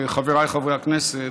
חבריי חברי הכנסת,